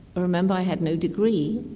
remember i had no degree.